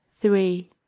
three